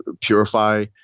purify